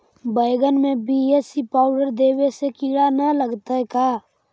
बैगन में BAC powder देबे से किड़ा न लगतै का?